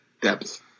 depth